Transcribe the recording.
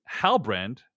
Halbrand